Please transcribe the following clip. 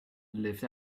lived